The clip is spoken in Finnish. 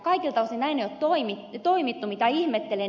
kaikilta osin näin ei ole toimittu mitä ihmettelen